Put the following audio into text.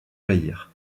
jaillir